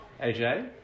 AJ